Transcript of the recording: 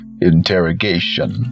INTERROGATION